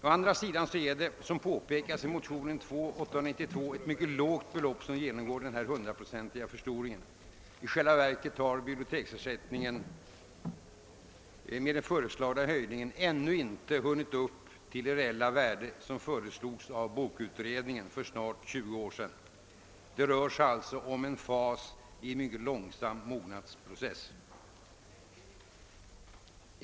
Å andra sidan är det, som påpekats i motionen II: 892, ett mycket lågt belopp som genomgått denna hundraprocentiga förstoring. I själva verket har biblioteksersättningen med den föreslagna höjningen ännu inte kommit upp till det reella värde som föreslogs av bokutredningen för snart 20 år sedan. Det rör sig alltså om en fas i en mycket långsam mognadsprocess.